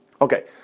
Okay